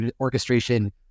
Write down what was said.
orchestration